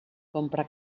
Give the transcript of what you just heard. compra